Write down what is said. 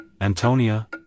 Antonia